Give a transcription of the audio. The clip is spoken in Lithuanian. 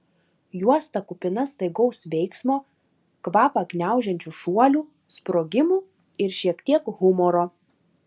juosta kupina staigaus veiksmo kvapą gniaužiančių šuolių sprogimų ir šiek tiek humoro